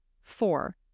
Four